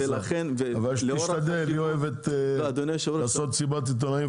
אבל שתשתדל היא אוהבת לעשות מסיבת עיתונאים,